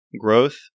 growth